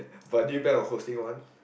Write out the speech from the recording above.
but did you buy the hosing one